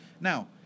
now